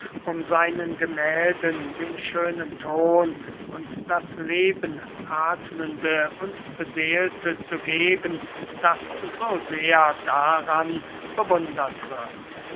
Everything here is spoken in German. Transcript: um seinen gemählden den schönen ton und das lebenathmende und beseelte zu geben das so sehr daran bewundert wird